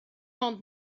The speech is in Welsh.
ond